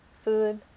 food